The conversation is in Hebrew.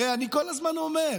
הרי אני כל הזמן אומר: